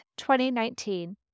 2019